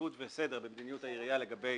וסדר במדיניות העיריה לגבי